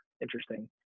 interesting